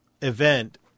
event